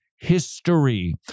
history